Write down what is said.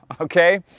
okay